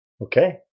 Okay